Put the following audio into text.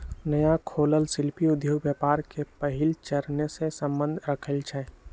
नया खोलल शिल्पि उद्योग व्यापार के पहिल चरणसे सम्बंध रखइ छै